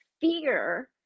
fear